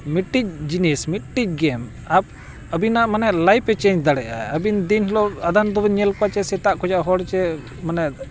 ᱢᱤᱫᱴᱤᱡ ᱡᱤᱱᱤᱥ ᱢᱤᱫᱴᱤᱡ ᱜᱮᱢ ᱟᱨ ᱟᱹᱵᱤᱱᱟᱜ ᱢᱟᱱᱮ ᱞᱟᱭᱤᱯᱷ ᱮ ᱪᱮᱧᱡᱽ ᱫᱟᱲᱮᱭᱟᱜ ᱟᱭ ᱟᱹᱵᱤᱱ ᱫᱤᱱ ᱦᱤᱞᱳᱜ ᱟᱫᱷᱟᱱ ᱫᱚᱵᱮᱱ ᱧᱮᱞ ᱠᱚᱣᱟ ᱥᱮ ᱥᱮᱛᱟᱜ ᱠᱷᱚᱱᱟᱜ ᱦᱚᱲ ᱥᱮ ᱢᱟᱱᱮ